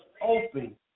open